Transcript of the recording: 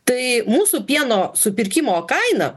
tai mūsų pieno supirkimo kaina